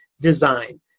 design